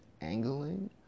angling